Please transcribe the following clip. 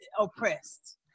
oppressed